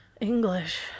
English